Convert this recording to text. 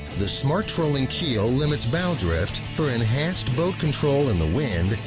the smart-trolling keel limits bow drift for enhanced boat control in the wind,